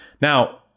Now